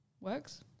works